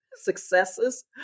successes